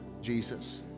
Jesus